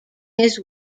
his